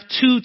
two